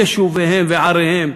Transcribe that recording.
יישוביהם ועריהם,